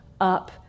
up